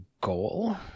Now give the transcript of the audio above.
goal